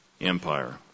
Empire